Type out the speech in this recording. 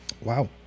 Wow